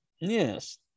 Yes